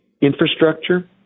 infrastructure